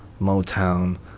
Motown